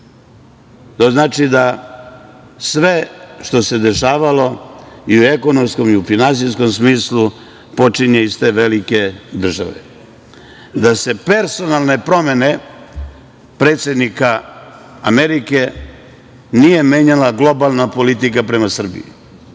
To znači da sve što se dešavalo i u ekonomskom i u finansijskom smislu počinje iz te velike države. Da se personalne promene predsednika Amerike nije menjala globalna politika prema Srbiji